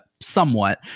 somewhat